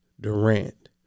Durant